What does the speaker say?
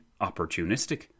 opportunistic